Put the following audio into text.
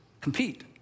compete